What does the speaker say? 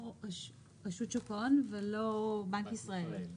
לא רשות שוק ההון ולא בנק ישראל.